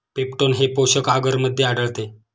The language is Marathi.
पेप्टोन हे पोषक आगरमध्ये आढळते